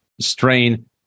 strain